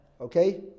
okay